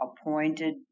appointed